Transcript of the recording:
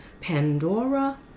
Pandora